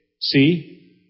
See